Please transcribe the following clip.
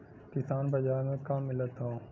किसान बाजार मे का मिलत हव?